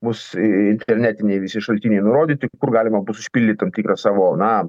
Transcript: bus internetiniai visi šaltiniai nurodyti kur galima bus užpildyt tam tikrą savo na